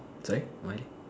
sorry why leh